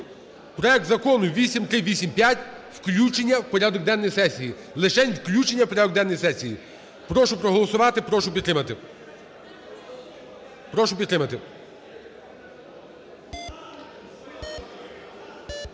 проект Закону 8385 включення в порядок денний сесії, лишень включення в порядок денний сесії. Прошу проголосувати і прошу підтримати.